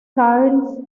cairns